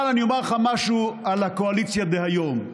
אבל אני אומר לך משהו על הקואליציה דהיום,